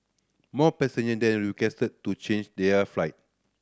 more passenger then requested to change their flight